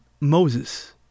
Moses